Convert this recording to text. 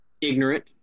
ignorant